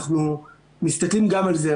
אנחנו מסתכלים גם על זה.